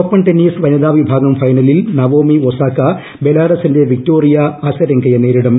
open tennis വനിതാ വിഭാഗം ഫൈനലിൽ നവോമി ഒസാക്ക ബെലാറസിന്റെ വിക്ടോറിയ അസരങ്കയെ നേരിടും